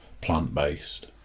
plant-based